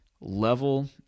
level